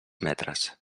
metres